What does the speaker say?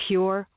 Pure